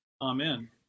Amen